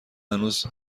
هنوزم